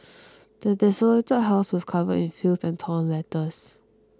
the desolated house was covered in filth and torn letters